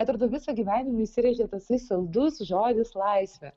atrodo visą gyvenimą įsirėžė tasai saldus žodis laisvė